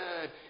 good